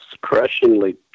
crushingly